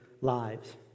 lives